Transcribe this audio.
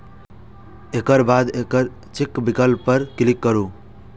एकर बाद एकल चेक विकल्प पर क्लिक करू